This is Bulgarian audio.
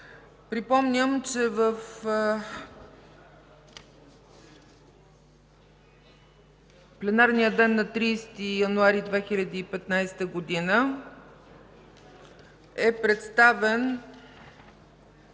Припомням, че в пленарния ден на 30 януари 2015 г. е представен